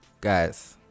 guys